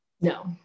No